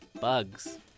Bugs